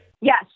Yes